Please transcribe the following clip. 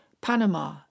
Panama